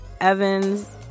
Evans